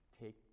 take